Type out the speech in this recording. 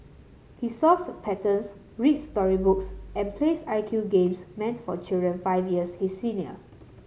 he solves patterns reads story books and plays I Q games meant for children five years his senior